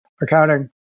accounting